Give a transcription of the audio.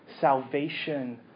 salvation